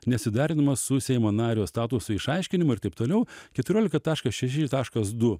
nesuderinama su seimo nario statuso išaiškinimu ir taip toliau keturiolika taškas šeši taškas du